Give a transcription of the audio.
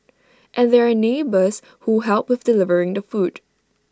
and there are neighbours who help with delivering the food